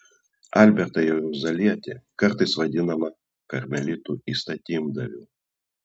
albertą jeruzalietį kartais vadinamą karmelitų įstatymdaviu